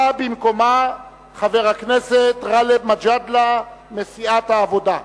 בא במקומה חבר הכנסת גאלב מג'אדלה לסיעת העבודה.